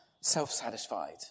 self-satisfied